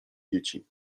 dzieci